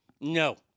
No